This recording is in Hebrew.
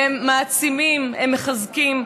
הם מעצימים, הם מחזקים.